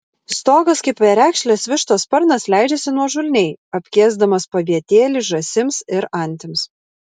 stogas kaip perekšlės vištos sparnas leidžiasi nuožulniai apkėsdamas pavietėlį žąsims ir antims